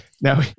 now